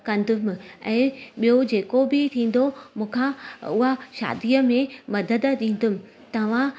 कंदुमि ऐं ॿियो जेको बि थींदो मूंखां उहा शादीअ में मदद ॾींदुमि तव्हां